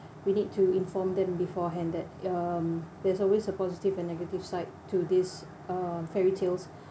we need to inform them beforehand that um there's always a positive and negative side to this um fairy tales